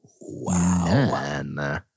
wow